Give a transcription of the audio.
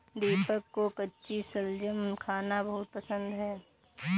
दीपक को कच्ची शलजम खाना बहुत पसंद है